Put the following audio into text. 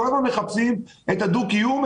כל הזמן מחפשים את הדו-קיום,